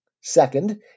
Second